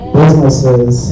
businesses